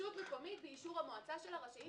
"רשות מקומית באישור המועצה שלה רשאית